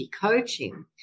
coaching